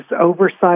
oversight